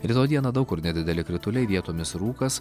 rytoj dieną daug kur nedideli krituliai vietomis rūkas